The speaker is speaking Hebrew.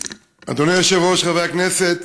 אדוני היושב-ראש, חברי הכנסת,